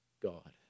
God